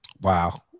Wow